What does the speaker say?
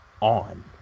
on